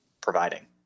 providing